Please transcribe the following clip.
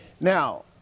Now